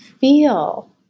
feel